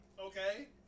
Okay